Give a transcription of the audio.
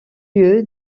lieu